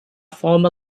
former